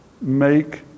make